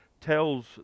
tells